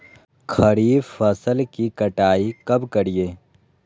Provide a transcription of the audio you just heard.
खरीफ फसल की कटाई कब करिये?